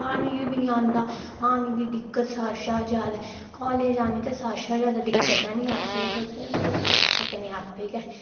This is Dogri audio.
पानी बी निं आंदा पानी दी दिक्कत सारें कशा जादै ते काॅलेज जाने गी ते सारें कशा जादै दिक्कत ऐ निं असेंगी तुस दिक्खी सकने आपें गै